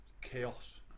chaos